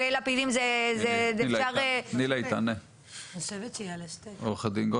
אני מסכימה שהליכי החקירה הם הליכים שאורכים זמן,